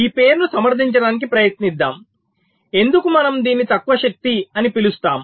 ఈ పేరును సమర్థించటానికి ప్రయత్నిద్దాం ఎందుకు మనము దీనిని తక్కువ శక్తి అని పిలుస్తాము